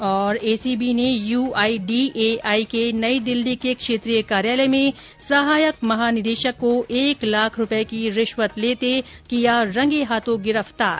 ् एसीबी ने यूआईडीएआई के नई दिल्ली के क्षेत्रीय कार्यालय में सहायक महानिदेशक को एक लाख रूपये की रिश्वत लेते किया रंगे हाथों गिरफ्तार